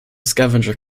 scavenger